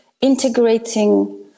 Integrating